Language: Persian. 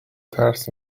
ترس